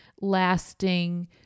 lasting